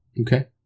Okay